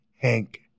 Hank